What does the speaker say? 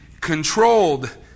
controlled